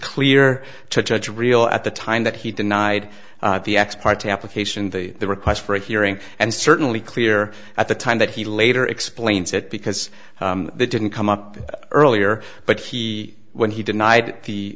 clear to judge real at the time that he denied the ex parte application the request for a hearing and certainly clear at the time that he later explains it because they didn't come up earlier but he when he denied the